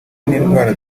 n’indwara